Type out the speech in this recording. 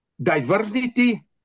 diversity